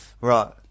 Right